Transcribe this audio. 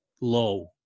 low